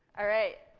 all right,